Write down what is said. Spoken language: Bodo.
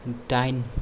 दाइन